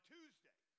Tuesday